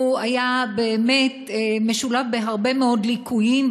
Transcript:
היו בו באמת הרבה מאוד ליקויים.